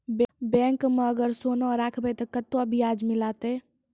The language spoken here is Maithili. बैंक माई अगर सोना राखबै ते कतो ब्याज मिलाते?